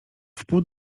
wpół